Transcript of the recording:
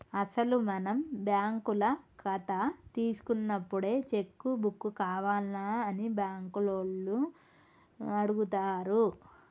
అసలు మనం బ్యాంకుల కథ తీసుకున్నప్పుడే చెక్కు బుక్కు కావాల్నా అని బ్యాంకు లోన్లు అడుగుతారు